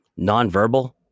nonverbal